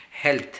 Health